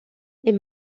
les